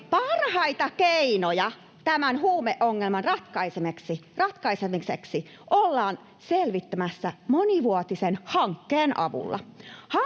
Parhaita keinoja tämän huumeongelman ratkaisemiseksi ollaan selvittämässä monivuotisen hankkeen avulla.